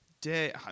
day